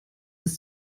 ist